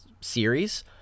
series